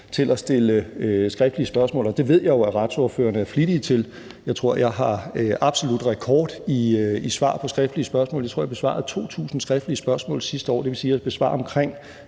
for at stille skriftlige spørgsmål, og det ved jeg jo at retsordførerne er flittige til. Jeg tror, jeg har absolut rekord i svar på skriftlige spørgsmål. Jeg tror, jeg besvarede 2.000 skriftlige spørgsmål sidste år. Det vil sige, at jeg besvarer omkring